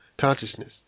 consciousness